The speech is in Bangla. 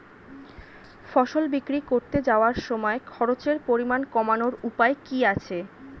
ফসল বিক্রি করতে যাওয়ার সময় খরচের পরিমাণ কমানোর উপায় কি কি আছে?